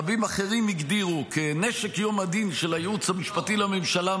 אלא רבים הגדירו כנשק יום הדין של הייעוץ המשפטי לממשלה,